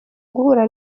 guhura